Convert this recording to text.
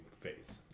phase